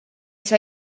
saa